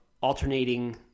alternating